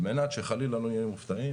על מנת שחלילה לא נהיה מופתעים,